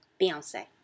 Beyonce